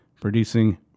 producing